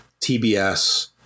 TBS